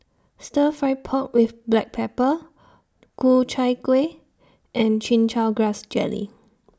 Stir Fry Pork with Black Pepper Ku Chai Kuih and Chin Chow Grass Jelly